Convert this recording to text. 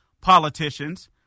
politicians